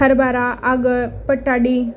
हरभरा आगळ पटाडी